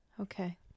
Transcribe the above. Okay